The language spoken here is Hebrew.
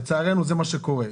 לצערנו כך קורה.